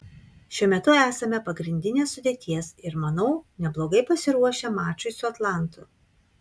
šiuo metu esame pagrindinės sudėties ir manau neblogai pasiruošę mačui su atlantu